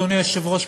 אדוני היושב-ראש,